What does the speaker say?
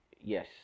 Yes